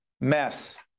Mess